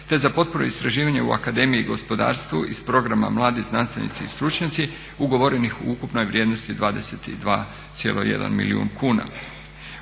te za potporu i istraživanje u akademiji gospodarstvu iz programa Mladi znanstvenici i stručnjaci ugovorenih u ukupnom vrijednosti 22,1 milijun kuna.